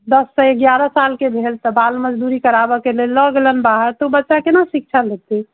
दससँ इग्यारह साल के भेल तऽ बाल मजदूरी कराबऽके लेल लए गेलनि बाहर तऽ ओ बच्चा केना शिक्षा लेतै